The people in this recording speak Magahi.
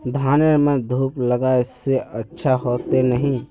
धानेर में धूप लगाए से अच्छा होते की नहीं?